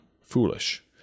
foolish